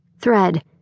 thread